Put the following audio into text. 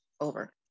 Over